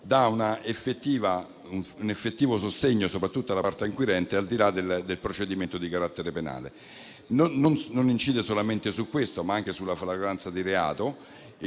dà un effettivo sostegno, soprattutto alla parte inquirente, al di là del procedimento di carattere penale. Esso non incide solamente su questo, ma anche sulla flagranza di reato,